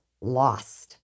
lost